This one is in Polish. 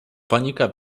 panika